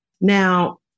Now